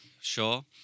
Sure